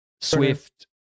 Swift